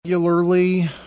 Regularly